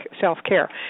self-care